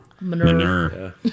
Manure